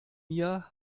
mir